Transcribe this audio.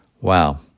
Wow